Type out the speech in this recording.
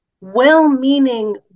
well-meaning